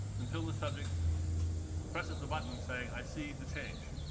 until the subject presses the button, saying, i see the change.